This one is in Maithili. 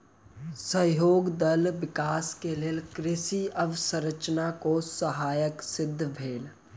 सहयोग दलक विकास के लेल कृषि अवसंरचना कोष सहायक सिद्ध भेल